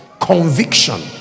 conviction